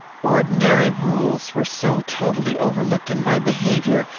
ordinary rules were so totally overlooked in my behaviour,